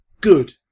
Good